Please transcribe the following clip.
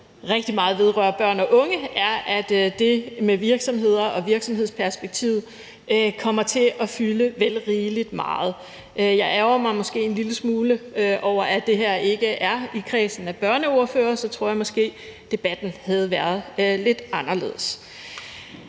rigtig meget vedrører børn og unge, er, at det med virksomhederne og virksomhedsperspektivet kommer til at fylde vel meget. Jeg ærgrer mig måske en lille smule over, at det her ikke er i kredsen af børneordførere, for så tror jeg måske debatten havde været lidt anderledes.